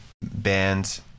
bands